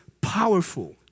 powerful